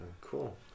Cool